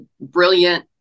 brilliant